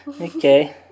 Okay